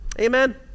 amen